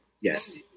Yes